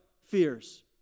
Fears